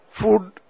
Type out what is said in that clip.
food